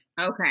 Okay